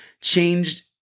changed